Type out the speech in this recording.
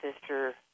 sister